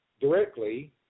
Directly